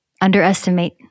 underestimate